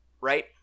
right